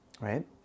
right